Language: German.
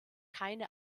keine